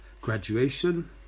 graduation